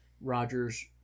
Roger's